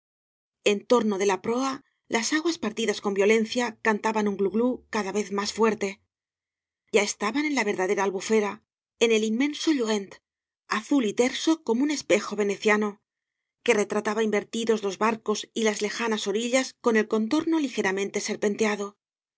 en torno de la proa las aguas partidas con violencia cantaban un glu glu cada vez más fuerte ya estaban en la verdadera albufera en el inmenso iluent azul y terso como un espejo veneciano que retrataba invertidos los barcoa y las lejanas orillas con el contorno ligeramente serpenteado